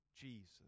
Jesus